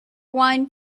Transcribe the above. wine